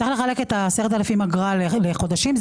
צריך לחלק את ה-10,000 אגרה לחודשים.